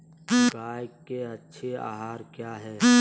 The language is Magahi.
गाय के अच्छी आहार किया है?